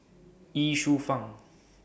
Ye Shufang